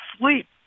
sleep